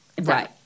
right